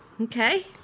Okay